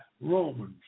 Romans